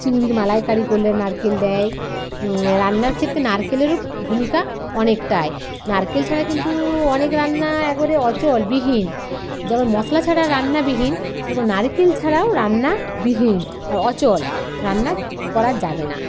চিংড়ির মালাইকারি করলে নারকেল দেয় রান্নার ক্ষেত্রে নারকেলেরও ভূমিকা অনেকটায় নারকেল ছাড়া কিন্তু অনেক রান্না একবারে অচল বিহীন যেমন মশলা ছাড়া রান্না বিহীন সেরকম নারকেল ছাড়াও রান্না বিহীন আর অচল রান্না করা যাবে না